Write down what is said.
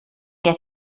què